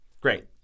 Great